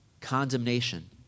condemnation